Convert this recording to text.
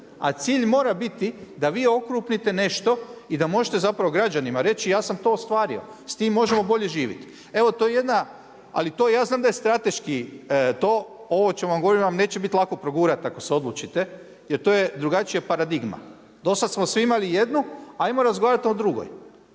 A cilj mora biti da vi okrupnite nešto i da možete građanima reći ja sam to ostvario, s tim možemo bolje živjet. Evo to je jedna, ali ja znam da je to strateški, ovo o čemu vam govorim neće biti lako progurati ako se odlučite jer to je drugačija paradigma. Do sada smo svi imali jednu, ajmo razgovarati o drugoj.